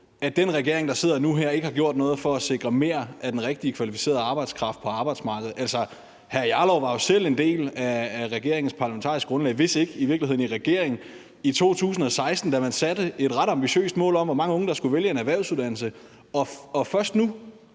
at den regering, der sidder nu, ikke har gjort noget for at sikre mere af den rigtige, kvalificerede arbejdskraft på arbejdsmarkedet. Hr. Rasmus Jarlov var jo selv en del af regeringens parlamentariske grundlag, hvis ikke i virkeligheden i regering, i 2016, da man satte et ret ambitiøst mål om, hvor mange unge der skulle vælge en erhvervsuddannelse, og først nu,